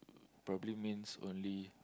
probably means only